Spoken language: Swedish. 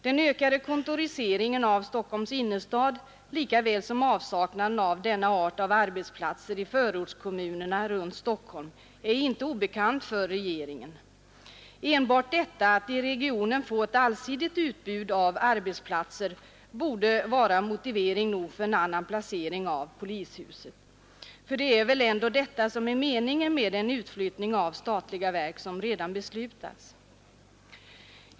Den ökade kontoriseringen av Stockholms innerstad, lika väl som avsaknaden av denna art av arbetsplatser i förortskommunerna runt Stockholm, är inte obekant för regeringen. Enbart möjligheten att i regionen få ett allsidigt utbud av arbetsplatser borde vara motivering nog för en annan placering av polishuset — för det är väl detta som är meningen med den utflyttning av statliga verk som redan beslutats?